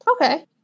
Okay